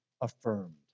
affirmed